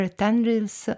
tendrils